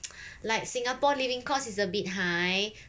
like singapore living cost is a bit high